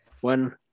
One